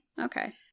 Okay